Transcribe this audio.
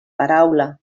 paraula